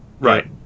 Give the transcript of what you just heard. Right